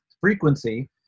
frequency